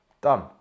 Done